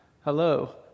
Hello